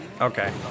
Okay